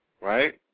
right